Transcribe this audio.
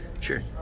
Sure